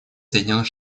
соединенных